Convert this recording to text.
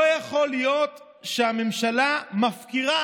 לא יכול להיות שהממשלה מפקירה.